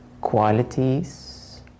qualities